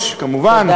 והיושבת-ראש, כמובן.